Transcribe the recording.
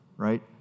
right